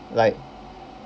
like